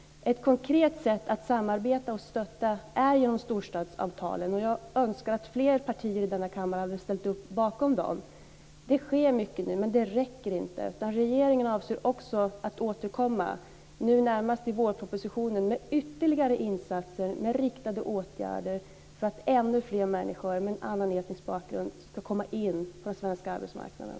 Ett konkret sätt att samarbeta och stötta är genom storstadsavtalen. Jag önskar att fler partier i denna kammare hade ställt upp bakom dem. Det sker mycket nu, men det räcker inte. Regeringen avser också att återkomma nu närmast i vårpropositionen med ytterligare insatser med riktade åtgärder för att ännu fler människor med annan etnisk bakgrund ska komma in på den svenska arbetsmarknaden.